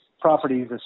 properties